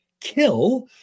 kill